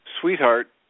sweetheart